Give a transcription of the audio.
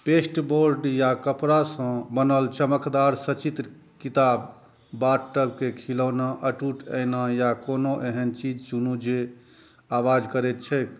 pasteboard या कपड़ासँ बनल चमकदार सचित्र किताब बाथटबके खिलौना अटूट ऐना या कोनो एहन चीज चुनू जे आवाज करैत छैक